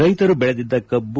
ರೈತರು ಬೆಳೆದಿದ್ದ ಕಬ್ಬು